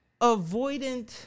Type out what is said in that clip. avoidant